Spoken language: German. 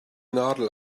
nadel